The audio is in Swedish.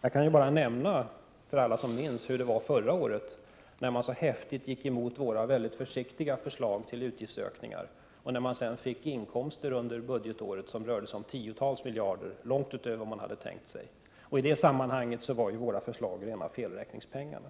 Jag kan ju bara nämna för alla som minns hur det var förra året, när man så häftigt gick emot våra väldigt försiktiga förslag till utgiftsökningar och sedan fick inkomster under budgetåret som rörde sig om tiotals miljarder utöver vad man hade tänkt sig. I det sammanhanget var våra förslag rena felräkningspengar.